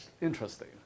interesting